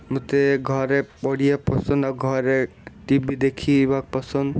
ମୋତେ ଘରେ ପଢ଼ିବା ପସନ୍ଦ ଆଉ ଘରେ ଟି ଭି ଦେଖିବା ପସନ୍ଦ